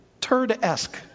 turd-esque